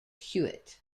hewitt